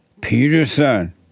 Peterson